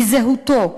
מזהותו,